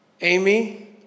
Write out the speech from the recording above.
Amy